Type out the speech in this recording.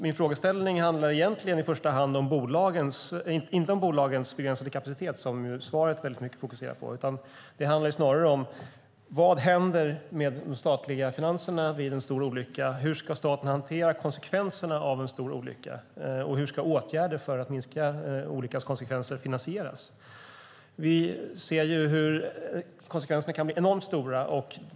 Min frågeställning handlar egentligen i första hand inte om bolagens begränsade kapacitet, som svaret fokuserade väldigt mycket på, utan snarare om vad som händer med de statliga finanserna vid en stor olycka. Hur ska staten hantera konsekvenserna av en stor olycka? Hur ska åtgärder för att minska olyckans konsekvenser finansieras? Konsekvenserna kan bli enormt stora.